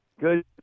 Good